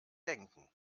denken